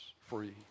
free